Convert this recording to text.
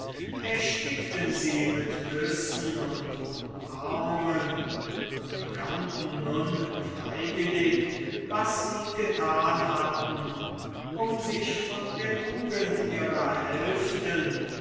erstickten sie mit küssen und umarmungen und bekannten nun freiwillig was sie getan hatten um sich von der tugend ihrer hälften